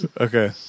Okay